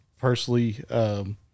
personally